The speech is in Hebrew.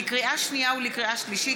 לקריאה שנייה ולקריאה שלישית,